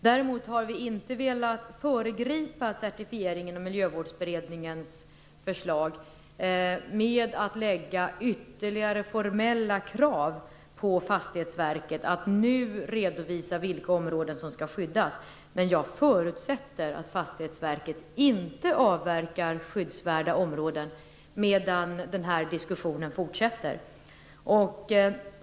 Däremot har inte regeringen velat föregripa certifieringen och Miljövårdsberedningens förslag med att lägga ytterligare formella krav på Fastighetsverket att nu redovisa vilka områden som skall skyddas. Men jag förutsätter att Fastighetsverket inte avverkar skyddsvärda områden medan diskussionen fortsätter.